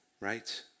right